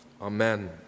Amen